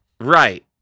Right